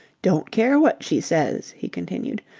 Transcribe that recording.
don't care what she says, he continued.